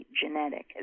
genetic